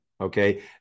Okay